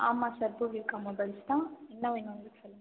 ஆமாம் சார் பூர்விகா மொபைல்ஸ்தான் என்ன வேணும் உங்களுக்கு சொல்லுங்கள்